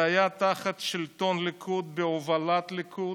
זה היה תחת שלטון ליכוד, בהובלת ליכוד,